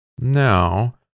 Now